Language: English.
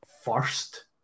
first